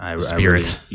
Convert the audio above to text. Spirit